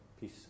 Peace